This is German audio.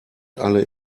alle